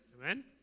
Amen